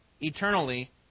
eternally